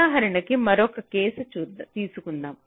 ఉదాహరణ కు మరొక కేసు తీసుకుందాం